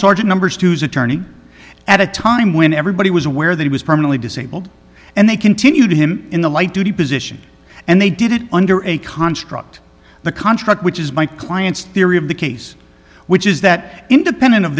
sergeant number stu's attorney at a time when everybody was aware that he was permanently disabled and they continued him in the light duty position and they did it under a contract the contract which is my client's theory of the case which is that independent of